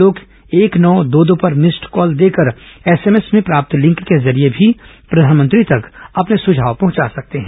लोग एक नौ दो दो पर भिस्ड कॉल देकर एसएमएस में प्राप्त लिंक के जरिए भी प्रधानमंत्री तक अपने सुझाव पहुंचा सकते हैं